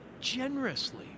generously